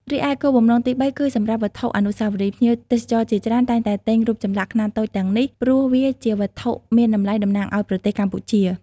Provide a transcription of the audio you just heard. រីឯគោលបំណង ទីបី គឺសម្រាប់ វត្ថុអនុស្សាវរីយ៍ ភ្ញៀវទេសចរជាច្រើនតែងតែទិញរូបចម្លាក់ខ្នាតតូចទាំងនេះ ព្រោះវាជាវត្ថុមានតម្លៃតំណាងឱ្យប្រទេសកម្ពុជា។